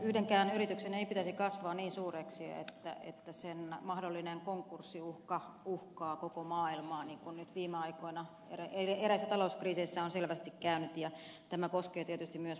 yhdenkään yrityksen ei pitäisi kasvaa niin suureksi että sen mahdollinen konkurssiuhka uhkaa koko maailmaa niin kuin nyt viime aikoina eräissä talouskriiseissä on selvästi käynyt ja tämä koskee tietysti myös pankkeja